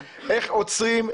איך עוצרים,